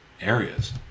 areas